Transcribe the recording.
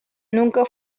nunca